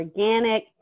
organic